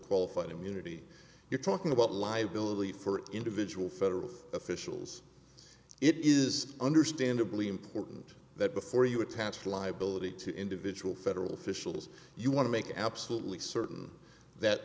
qualified immunity you're talking about liability for individual federal officials it is understandably important that before you attach liability to individual federal officials you want to make absolutely certain that